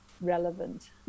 relevant